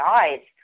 eyes